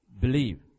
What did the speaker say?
Believe